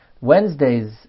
Wednesday's